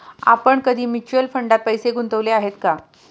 आपण कधी म्युच्युअल फंडात पैसे गुंतवले आहेत का?